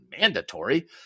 mandatory